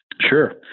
Sure